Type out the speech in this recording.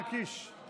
לרדת או